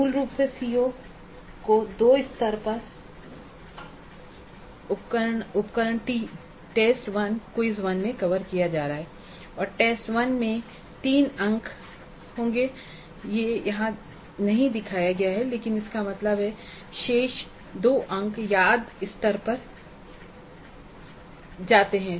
मूल रूप से CO1 को दो उस स्तर पर उपकरणों T1 और Q1 में कवर किया जा रहा है और T1 में 3 अंक होंगे यह यहां नहीं दिखाया गया है लेकिन इसका मतलब है कि शेष 2 अंक याद स्तर पर जाते हैं